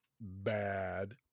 Bad